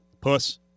puss